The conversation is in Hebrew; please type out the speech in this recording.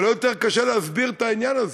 אבל עוד יותר קשה להסביר את העניין הזה,